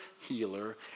healer